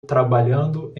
trabalhando